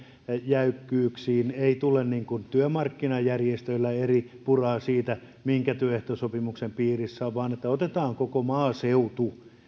jäykkyyksiin ei tule työmarkkinajärjestöillä eripuraa siitä minkä työehtosopimuksen piirissä on vaan että otetaan koko maaseutu